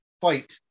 fight